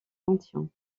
contient